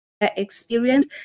experience